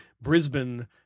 Brisbane